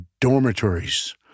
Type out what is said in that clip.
dormitories